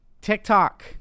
TikTok